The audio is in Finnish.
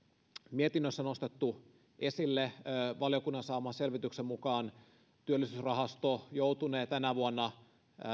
mietinnössä nostettu esille valiokunnan saaman selvityksen mukaan työllisyysrahasto joutunee tänä vuonna